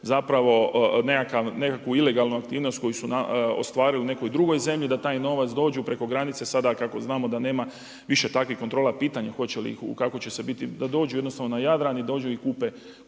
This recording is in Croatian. zapravo nekakvu ilegalnu aktivnost koju su ostvarili u nekoj drugoj zemlji da taj novac dođu preko granice sada kako znamo da nema više takvih kontrola, pitanje je hoće li ih, kako će biti, da dođu jednostavno na Jadran, da dođu i kupe